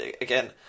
again